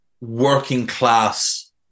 working-class